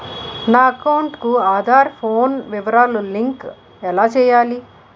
నా అకౌంట్ కు ఆధార్, పాన్ వివరాలు లంకె ఎలా చేయాలి?